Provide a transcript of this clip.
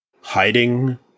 hiding